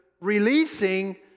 releasing